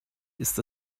ist